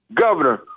governor